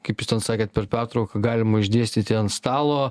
kaip jūs ten sakėt per pertrauką galima išdėstyti ant stalo